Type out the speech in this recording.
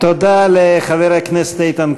אז שתרים יד,